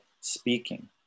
speaking